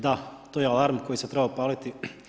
Da, to je alarm koji se treba upaliti.